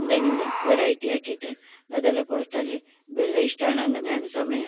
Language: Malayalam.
എന്തെങ്കില് വെറൈറ്റി ആക്കിയിട്ട് അതെല്ലാം കൊടുത്താല് വലിയ ഇഷ്ടമാണ് അങ്ങനെയാണ് സമയ